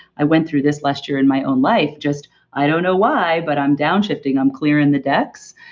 i went through this last year in my own life, just i don't know why, but i'm downshifting, i'm clearing the decks.